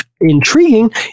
intriguing